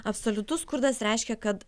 absoliutus skurdas reiškia kad